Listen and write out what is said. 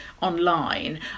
online